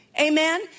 Amen